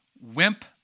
wimp